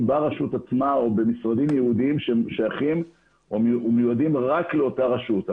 ברשות עצמה או במשרדים ייעודיים ששייכים ומיועדים רק לאותה רשות.